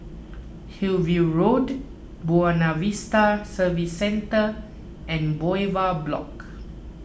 Hillview Road Buona Vista Service Centre and Bowyer Block